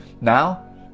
Now